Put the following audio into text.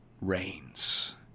reigns